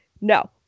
No